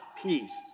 peace